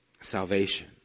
salvation